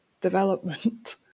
development